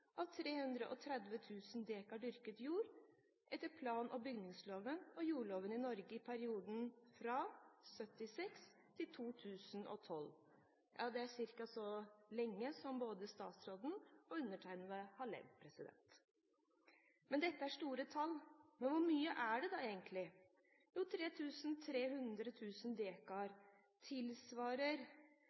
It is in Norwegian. av 330 000 dekar dyrket jord etter plan- og bygningsloven og jordloven i Norge i perioden fra 1976 til 2012. Det er ca. så lenge som både statsråden og jeg har levd. Dette er store tall, men hvor mye er det egentlig? 330 000 dekar tilsvarer